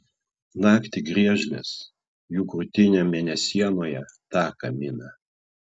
naktį griežlės jų krūtinėm mėnesienoje taką mina